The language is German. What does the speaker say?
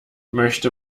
möchte